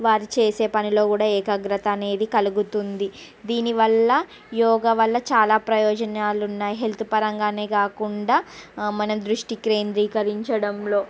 వారు చేసేపనిలో కూడా ఏకాగ్రత అనేది కలుగుతుంది దీనివల్ల యోగావల్ల చాలా ప్రయోజనాలు ఉన్నాయి హెల్త్ పరంగా కాకుండా మనం దృష్టి కేంద్రీకరించడంలో